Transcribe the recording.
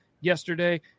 yesterday